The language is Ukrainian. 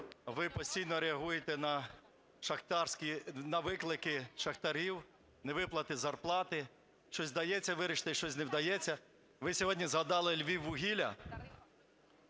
ви постійно реагуєте на виклики шахтарів, невиплати зарплати, щось вдається вирішити, щось не вдається. Ви сьогодні згадали Львіввугілля.